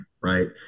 right